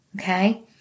okay